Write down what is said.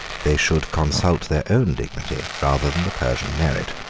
they should consult their own dignity rather than the persian merit.